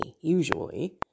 usually